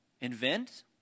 invent